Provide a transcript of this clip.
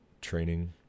training